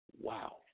Wow